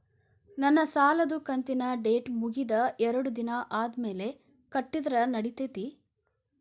ನನ್ನ ಸಾಲದು ಕಂತಿನ ಡೇಟ್ ಮುಗಿದ ಎರಡು ದಿನ ಆದ್ಮೇಲೆ ಕಟ್ಟಿದರ ನಡಿತೈತಿ?